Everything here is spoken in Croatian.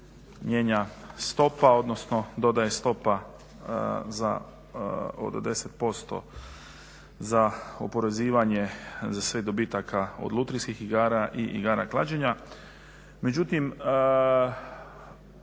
mijenja stopa odnosno dodaje stopa od 10% za oporezivanje za sve dobitaka od lutrijskih igara i igara klađenja.